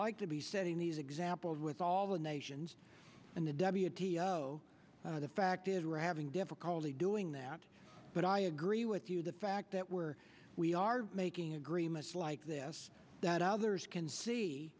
like to be setting these examples with all the nations in the w the fact is we're having difficulty doing that but i agree with you the fact that we're we are making agreements like this that others can see